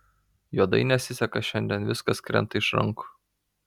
juodai nesiseka šiandien viskas krenta iš rankų